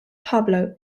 pablo